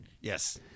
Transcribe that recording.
yes